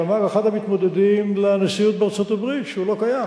שאמר אחד המתמודדים לנשיאות בארצות-הברית שהוא לא קיים,